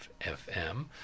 FM